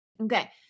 Okay